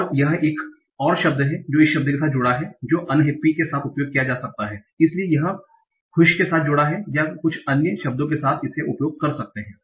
तो यह एक और शब्द है जो इस शब्द के साथ जुड़ा होता है जो अनहैप्पी के साथ उपयोग किया जा सकता हैं इसलिए यह खुश के साथ जुड़ा है या कुछ अन्य शब्दों के साथ आप इसे उपयोग कर सकते हैं